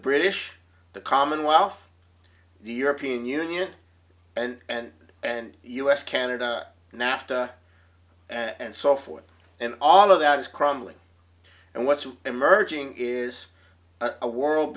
british the commonwealth the european union and and us canada nafta and so forth and all of that is crumbling and what's emerging is a world